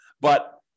But-